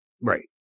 right